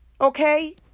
Okay